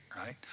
right